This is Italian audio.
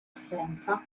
assenza